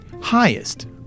Highest